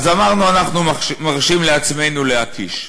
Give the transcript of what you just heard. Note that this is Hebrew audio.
אז אמרנו: אנחנו מרשים לעצמנו להקיש.